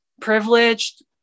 privileged